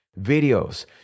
videos